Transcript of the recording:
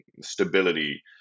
stability